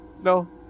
No